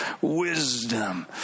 wisdom